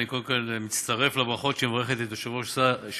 אני קודם כול מצטרף לברכות שהיא מברכת את יושב-ראש ש"ס,